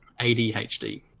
ADHD